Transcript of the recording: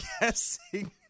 guessing